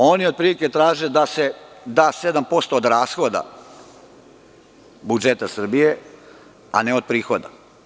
Oni otprilike traže da se da 7% od rashoda budžeta Srbije a ne od prihoda.